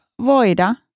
voida